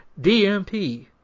DMP